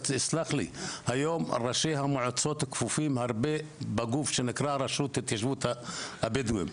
היום ראשי המועצות כפופים הרבה בגוף שנקרא רשות ההתיישבות הבדואים,